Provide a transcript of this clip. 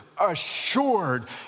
assured